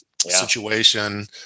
situation